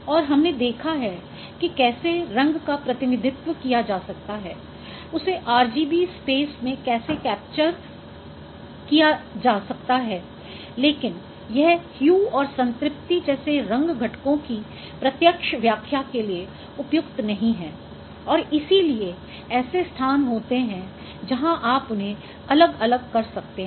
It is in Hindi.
और हमने देखा है कि कैसे रंग का प्रतिनिधित्व किया जा सकता है उसे RGB स्पेस में कैसे कैप्चर किया जा सकता है लेकिन यह ह्यू और संतृप्ति जैसे रंग घटकों की प्रत्यक्ष व्याख्या के लिए उपयुक्त नहीं है और इसी लिये ऐसे स्थान होते हैं जहां आप उन्हें अलग अलग कर सकते हैं